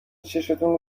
چشتون